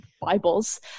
Bibles